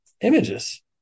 images